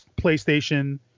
PlayStation